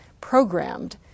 programmed